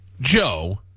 Joe